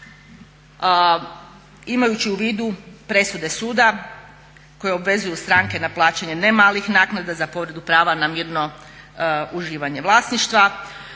imajući u vidu presude suda koje obvezuju stranke na plaćanje ne malih naknada za povredu prava na mirno uživanje vlasništva.